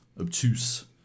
obtuse